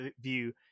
view